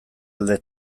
alde